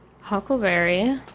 Huckleberry